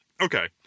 Okay